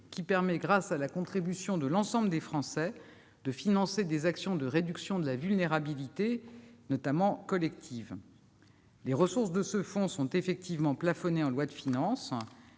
qui permet, grâce à la contribution de l'ensemble des Français, de financer des actions de réduction de la vulnérabilité, notamment collective. Les ressources de ce fonds sont effectivement plafonnées en loi de finances.